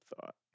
thought